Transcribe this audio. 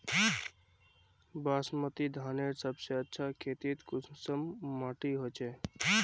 बासमती धानेर सबसे अच्छा खेती कुंसम माटी होचए?